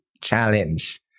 challenge